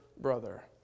brother